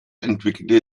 entwickelte